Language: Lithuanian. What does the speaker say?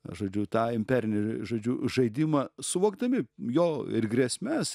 žodžiu tą imperinį žodžiu žaidimą suvokdami jo ir grėsmes